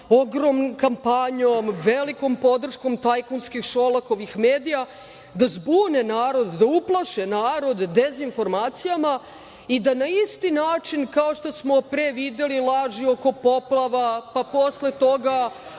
ogromnom kampanjom, velikom podrškom tajkunskih Šolakovih medija da zbune narod, da uplaše narod dezinformacijama i da na isti način kao što smo pre videli, laži oko poplava, pa posle toga